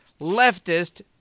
leftist